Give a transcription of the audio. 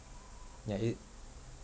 ya it